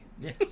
Yes